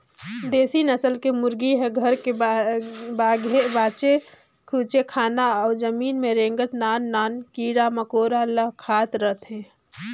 देसी नसल के मुरगी ह घर के बाचे खुचे खाना अउ जमीन में रेंगत नान नान कीरा मकोरा ल खात रहथे